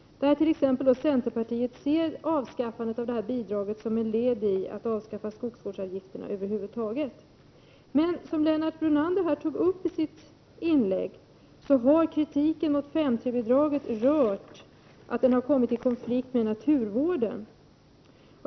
Inom t.ex. centerpartiet ser man avskaffandet av detta bidrag som ett led i att avskaffa skogsvårdsavgifterna över huvud taget. Men kritiken mot 5:3-bidraget har, som Lennart Brunander tog upp i sitt inlägg, gällt att det kommit i konflikt med naturvården.